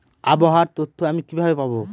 আবহাওয়ার তথ্য আমি কিভাবে পাবো?